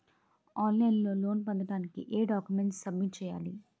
On line లో loan పొందటానికి ఎం డాక్యుమెంట్స్ సబ్మిట్ చేయాలి?